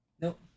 Nope